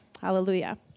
Hallelujah